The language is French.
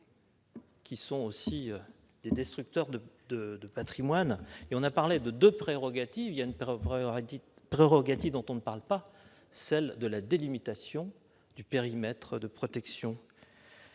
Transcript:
qui peuvent être destructeurs de patrimoine. On a parlé de deux prérogatives ; il y en a une dont on ne parle pas, celle de la délimitation du périmètre de protection.